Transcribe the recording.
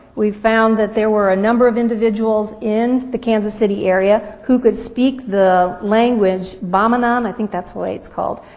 we found that there were a number of individuals in the kansas city area who could speak the language bamana, and i think that's what it's called,